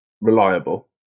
reliable